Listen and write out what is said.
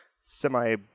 semi